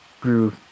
grew